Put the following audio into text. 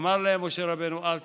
אמר להם משה רבנו: אל תדאגו.